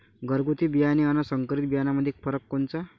घरगुती बियाणे अन संकरीत बियाणामंदी फरक कोनचा?